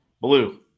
Blue